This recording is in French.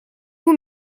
vous